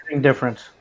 difference